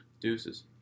Deuces